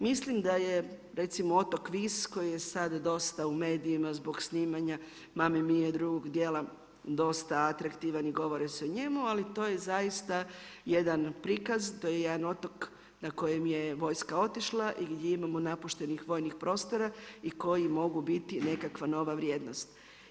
Mislim da je recimo otok Vis koji je sada dosta u medijima zbog snimanja Mama Mia drugog dijela dosta atraktivan i govori se o njemu ali to je zaista jedan prikaz, to je jedan otok na kojem je vojska otišla i gdje imamo napuštenih vojnih prostora i koji mogu biti nekakva nova vrijednost.